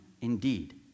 indeed